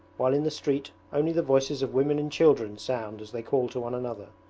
while in the street only the voices of women and children sound as they call to one another.